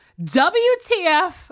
WTF